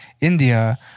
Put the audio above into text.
India